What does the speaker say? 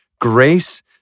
grace